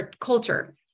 culture